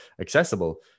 accessible